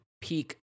peak